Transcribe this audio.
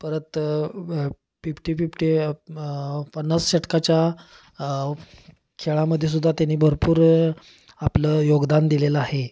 परत fifty fifty पन्नास षटकाच्या खेळामध्ये सुद्धा त्यानी भरपूर आपलं योगदान दिलेलं आहे